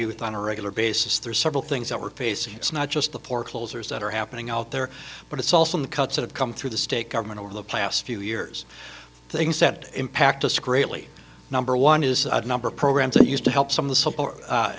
youth on a regular basis there's several things that we're facing it's not just the poor closers that are happening out there but it's also the cuts that have come through the state government over the last few years things that impact us greatly number one is a number of programs that used to help some of the